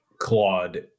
Claude